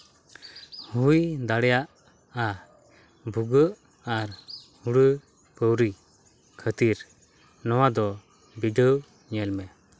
ᱦᱩᱭ ᱫᱟᱲᱮᱭᱟᱜᱼᱟ ᱵᱷᱩᱜᱟᱹᱜ ᱟᱨ ᱦᱩᱲᱟᱹ ᱯᱟᱣᱹᱲᱤ ᱠᱷᱟᱹᱛᱤᱨ ᱱᱚᱣᱟ ᱫᱚ ᱵᱤᱰᱟᱹᱣ ᱧᱮᱞ ᱢᱮ